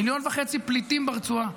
מיליון וחצי פליטים ברצועה,